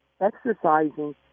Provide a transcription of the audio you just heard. exercising